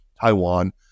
Taiwan